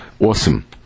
awesome